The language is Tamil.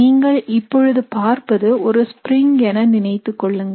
நீங்கள் இப்பொழுது பார்ப்பது ஒரு spring என நினைத்துக் கொள்ளுங்கள்